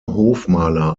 hofmaler